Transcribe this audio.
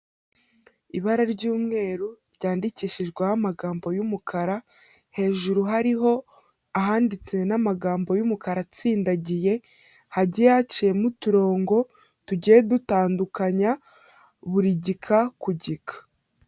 Ibara ry'umweru, ryandikishijweho amagambo y'umukara, hejuru hariho ahanditse n'amagambo y'umukara atsindagiye, hagiye haciyemo uturongo tugiye dutandukanya buri gika ku gika.